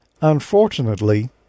Unfortunately